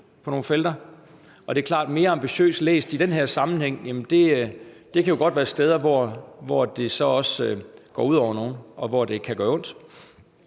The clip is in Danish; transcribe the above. på nogle felter. Og det er klart, at det at være mere ambitiøs i den her sammenhæng godt kan handle om steder, hvor det så går ud over nogle, og hvor det kan gøre ondt.